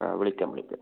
ആ വിളിക്കാം വിളിക്കാം